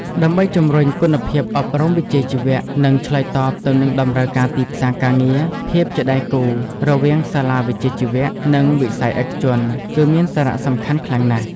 ដើម្បីជំរុញគុណភាពអប់រំវិជ្ជាជីវៈ និងឆ្លើយតបទៅនឹងតម្រូវការទីផ្សារការងារ ភាពជាដៃគូរវាងសាលាវិជ្ជាជីវៈ និងវិស័យឯកជន គឺមានសារៈសំខាន់ខ្លាំងណាស់។